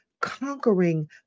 conquering